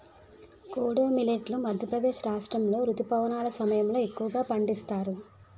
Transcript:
kodo millet Madhya Pradesh రాష్ట్రాములో రుతుపవనాల సమయంలో ఎక్కువగా పండిస్తారు